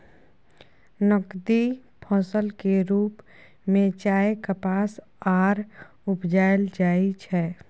नकदी फसल के रूप में चाय, कपास आर उपजाएल जाइ छै